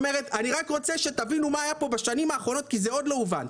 אני רק רוצה שתבינו מה היה פה בשנים האחרונות כי זה עוד לא הובן.